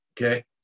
okay